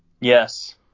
Yes